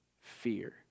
fear